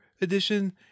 Edition